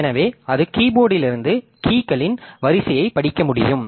எனவே அது கீபோர்டுலிருந்து கீகளின் வரிசையைப் படிக்க முடியும்